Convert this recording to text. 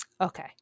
Okay